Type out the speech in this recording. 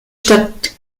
statt